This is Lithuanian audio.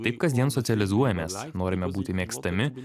taip kasdien socializuojamės norime būti mėgstami